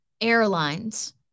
airlines